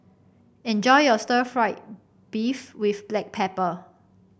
enjoy your stir fry beef with Black Pepper